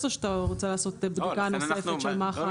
או שאתה רוצה לעשות בדיקה נוספת של מה חל?